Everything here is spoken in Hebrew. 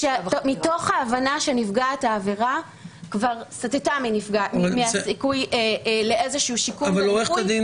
מתוך ההבנה שנפגעת העבירה כבר סטתה מהסיכוי לאיזה שיקום וריפוי,